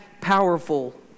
powerful